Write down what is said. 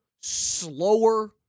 slower